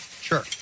Sure